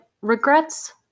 regrets